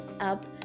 up